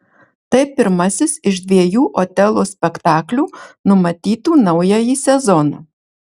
tai pirmasis iš dviejų otelo spektaklių numatytų naująjį sezoną